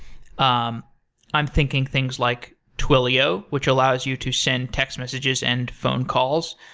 um i'm thinking things like twilio, which allows you to send text messages and phone calls,